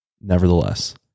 nevertheless